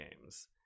games